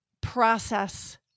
process